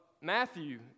Matthew